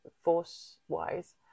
force-wise